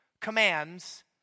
commands